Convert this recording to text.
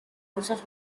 usos